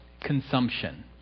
consumption